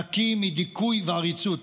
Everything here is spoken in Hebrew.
נקי מדיכוי ועריצות.